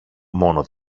μόνο